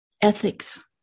ethics